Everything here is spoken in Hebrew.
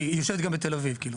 היא יושבת גם בתל אביב.